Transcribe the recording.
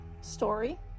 story